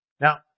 Now